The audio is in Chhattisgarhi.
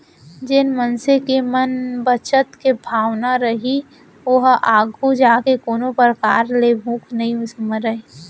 जेन मनसे के म बचत के भावना रइही ओहा आघू जाके कोनो परकार ले भूख नइ मरय